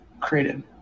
created